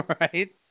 right